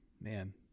man